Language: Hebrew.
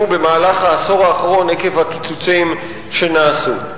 במהלך העשור האחרון עקב הקיצוצים שנעשו.